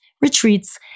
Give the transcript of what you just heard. retreats